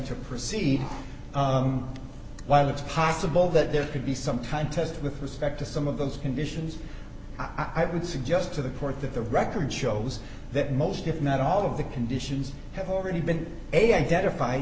to proceed while it's possible that there could be some time tested with respect to some of those conditions i would suggest to the court that the record shows that most if not all of the conditions have already been a identif